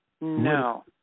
No